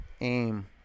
Aim